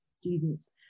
students